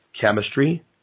chemistry